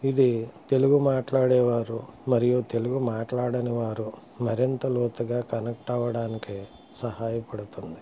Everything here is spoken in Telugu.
ఇది తెలుగు మాట్లాడే వారు మరియు తెలుగు మాట్లాడని వారు మరింత లోతుగా కనెక్ట్ అవ్వడానికి సహాయపడుతుంది